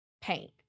paint